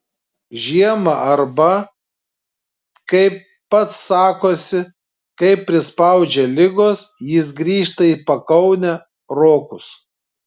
žiemą arba kaip pats sakosi kai prispaudžia ligos jis grįžta į pakaunę rokus